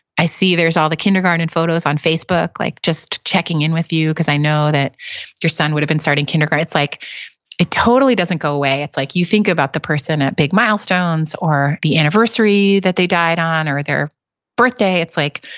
i see there's all the kindergarten photos on facebook. like just checking in with you because i know that your son would've been starting kindergarten. like it totally doesn't go away. like you think about the person at big milestones or the anniversary that they died on, or their birthday. it's like,